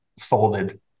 folded